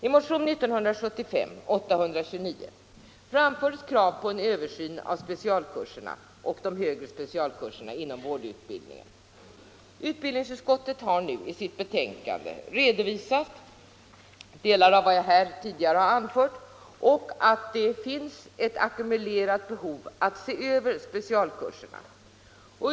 I motionen 829 i år framförs krav på en översyn av specialkurserna och de högre specialkurserna inom vårdutbildningen. Utbildningsutskottet har nu i sitt betänkande redovisat delar av vad jag här tidigare har anfört och sagt att det finns ett ackumulerat behov att se över specialkurserna.